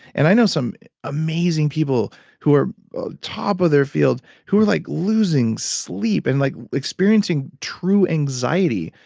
and i know some amazing people who are top of their field who are like losing sleep and like experiencing true anxiety,